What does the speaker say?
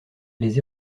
les